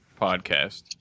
podcast